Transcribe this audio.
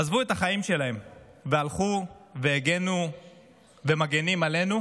עזבו את החיים שלהם והלכו והגנו ומגינים עלינו,